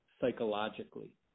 psychologically